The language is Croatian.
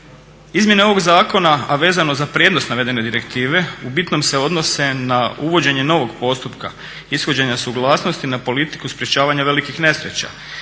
Izmjene ovog zakona, a vezano za prijenos navedene direktive u bitnom se odnose na uvođenjem novog postupka ishođenja suglasnosti na politiku sprečavanja velikih nesreća,